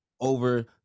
Over